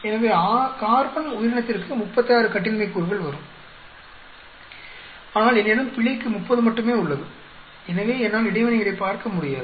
எனவே கார்பன் உயிரினத்திற்கு 36 கட்டின்மை கூறுகள் வரும் ஆனால் என்னிடம் பிழைக்கு 30 மட்டுமே உள்ளது எனவே என்னால் இடைவினைகளைப் பார்க்க முடியாது